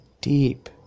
deep